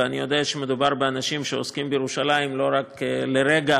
ואני יודע שמדובר באנשים שעוסקים בירושלים לא רק לרגע